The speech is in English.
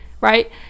right